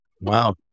Wow